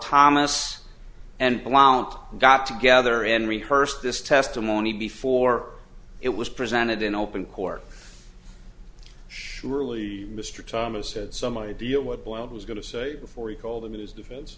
thomas and blount got together and rehearsed this testimony before it was presented in open court surely mr thomas has some idea what boiled was going to say before he called in his defense